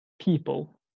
people